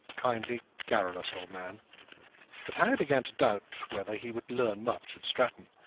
kindly, garrulous old man but harry began to doubt whether he would learn much at stratton.